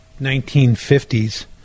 1950s